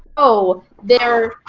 oh, they're,